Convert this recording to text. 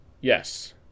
Yes